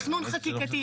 תכנון חקיקתי.